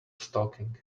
stalking